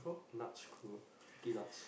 Nuts-Crew Freaky-Nuts